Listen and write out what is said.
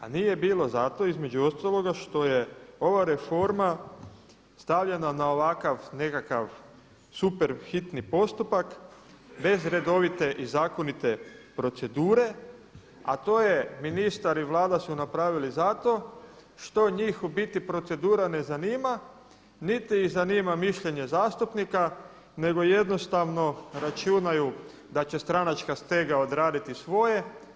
A nije bilo zato, između ostaloga, što je ova reforma stavljena na ovakav nekakav super hitni postupak bez redovite i zakonite procedure, a to su ministar i Vlada napravili zato što njih u biti procedura ne zanima, niti ih zanima mišljenje zastupnika, nego jednostavno računaju da će stranačka stega odraditi svoje.